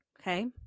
Okay